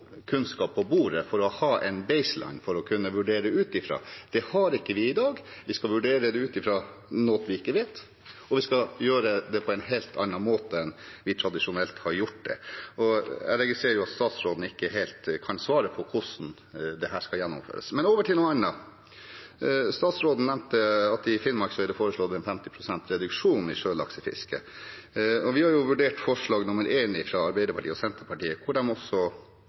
kunnskap på bordet, for å ha en «baseline» å kunne vurdere ut fra. Det har vi ikke i dag. Vi skal vurdere det ut fra noe vi ikke vet, og vi skal gjøre det på en helt annen måte enn vi tradisjonelt har gjort. Jeg registrerer at statsråden ikke helt kan svare på hvordan dette skal gjennomføres. Men over til noe annet: Statsråden nevnte at i Finnmark er det foreslått 50 pst. reduksjon i sjølaksefisket. Vi har vurdert forslag nr. 1, fra Arbeiderpartiet og Senterpartiet, hvor de også